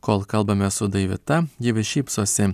kol kalbame su daivita ji vis šypsosi